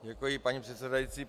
Děkuji, paní předsedající.